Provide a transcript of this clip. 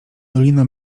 dolina